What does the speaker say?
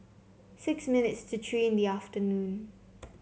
six minutes to three in the afternoon